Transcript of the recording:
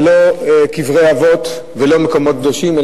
לא קברי אבות ולא מקומות קדושים,